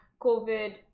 COVID